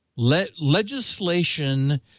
Legislation